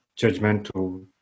judgmental